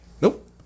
nope